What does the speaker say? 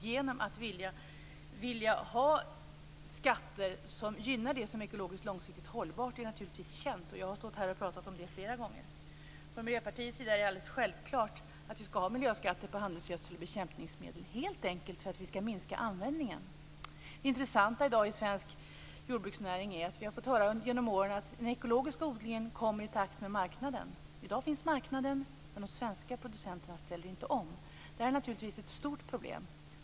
Det är känt att vi vill ha skatter som gynnar det som är långsiktigt ekologiskt hållbart, och jag har här pratat om det flera gånger. För Miljöpartiet är det alldeles självklart att vi skall ha miljöskatter på handelsgödsel och bekämpningsmedel helt enkelt därför att vi skall minska användningen. Det intressanta i svensk jordbruksnäring i dag är att vi genom åren har fått höra att den ekologiska odlingen kommer i takt med marknadens tillväxt. I dag finns marknaden, men de svenska producenterna ställer inte om. Detta är naturligtvis ett stort problem.